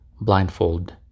blindfold